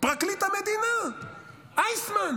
פרקליט המדינה איסמן.